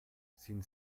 sind